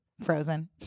frozen